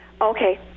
Okay